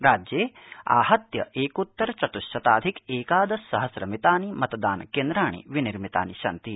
राज्य आहत्य एकोत्तर चतुश्शताधिक एकादश सहस्र मितानि मतदान कन्व्राणि निर्मितानि सन्ति